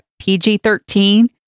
PG-13